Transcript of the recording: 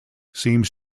seems